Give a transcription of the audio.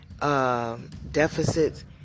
deficits